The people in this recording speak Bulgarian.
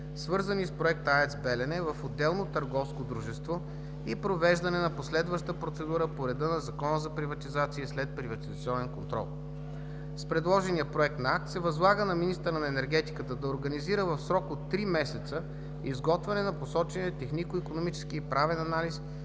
свързани с проекта „АЕЦ „Белене“ в отделно търговско дуржество и провеждане на последваща процедура по реда на Закона за приватизация и следприватизационен контрол. С предложения проект на акт се възлага на министъра на енергетиката да организира в срок от три месеца изготвянето на посочения технико-икономически и правен анализ